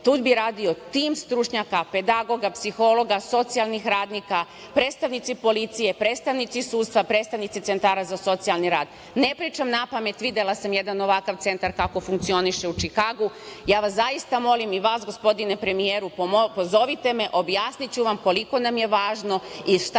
tu bi radio tim stručnjaka, pedagoga, psihologa, socijalnih radnika, predstavnici policije, predstavnici sudstva, predstavnici centara za socijalni rad. Ne pričam napamet, videla sam jedan ovakav centar kako funkcioniše u Čikagu, ja vas zaista molim i vas gospodine premijeru pozovite me objasniću vam koliko nam je važno i šta